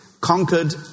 conquered